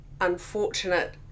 unfortunate